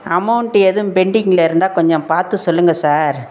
amount எதுவும் பெண்டிங்கில் இருந்தால் கொஞ்சம் பார்த்து சொல்லுங்கள் சார்